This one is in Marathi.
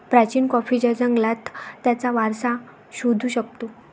प्राचीन कॉफीच्या जंगलात त्याचा वारसा शोधू शकतो